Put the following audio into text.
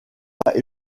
pas